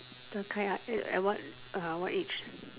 De-Kai ah at what err what age